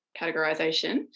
categorization